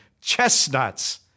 chestnuts